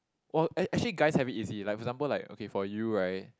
!wah! a~ actually guys have it easy like for example like okay for you right